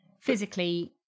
physically